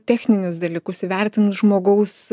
techninius dalykus įvertinus žmogaus